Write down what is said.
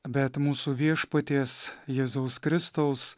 bet mūsų viešpaties jėzaus kristaus